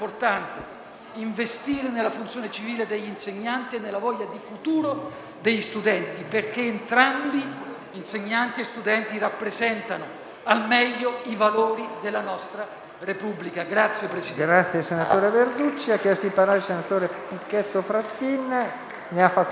investire nella funzione civile degli insegnanti e nella voglia di futuro degli studenti, perché entrambi, insegnanti e studenti, rappresentano al meglio i valori della nostra Repubblica. PRESIDENTE. È iscritto a parlare il senatore Pichetto Fratin. Ne ha facoltà.